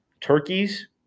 Turkeys